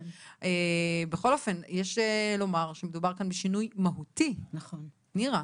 בכל אופן יש לומר שמדובר כאן בשינוי מהותי נירה,